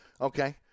Okay